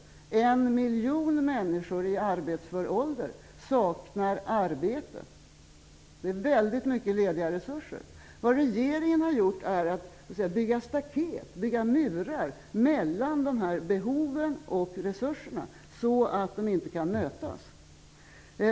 En miljon människor i arbetsför ålder saknar arbete. Det är väldigt många lediga resurser. Vad regeringen har gjort är att bygga staket och murar mellan dessa behov och resurser så att de inte kan mötas.